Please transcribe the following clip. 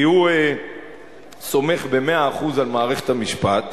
כי הוא סומך במאה אחוז על מערכת המשפט,